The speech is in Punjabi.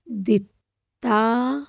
ਦਿੱਤਾ